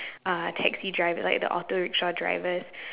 uh taxi drivers like the auto rickshaw drivers